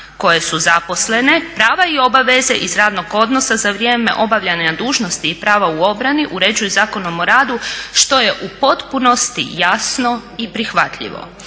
koje su zaposlene prave i obaveze iz radnog odnosa za vrijeme obavljanja dužnosti i prava u obrani uređuju Zakonom o radu, što je u potpunosti jasno i prihvatljivo.